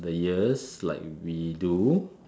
the ears like we do